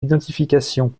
identification